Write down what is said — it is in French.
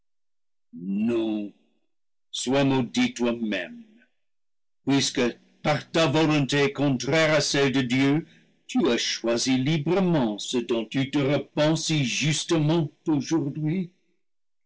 non sois maudit toi-même puisque par ta volonté contraire à celle de dieu tu as choisi librement ce dont tu te repens si a justement aujourd'hui